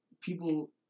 people